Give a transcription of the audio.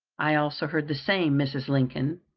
i also heard the same, mrs. lincoln,